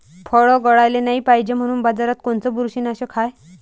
फळं गळाले नाही पायजे म्हनून बाजारात कोनचं बुरशीनाशक हाय?